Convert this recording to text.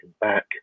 back